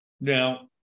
Now